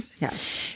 yes